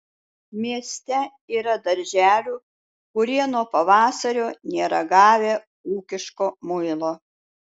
mieste yra darželių kurie nuo pavasario nėra gavę ūkiško muilo